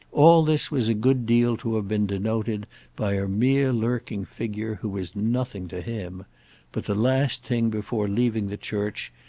all this was a good deal to have been denoted by a mere lurking figure who was nothing to him but, the last thing before leaving the church,